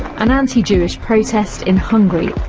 and anti-jewish protest in hungary.